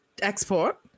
export